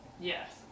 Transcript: Yes